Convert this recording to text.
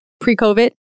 pre-COVID